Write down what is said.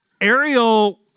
Ariel